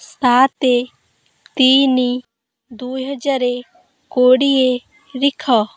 ସାତେ ତିନି ଦୁଇ ହଜାର କୋଡ଼ିଏ ରିଖ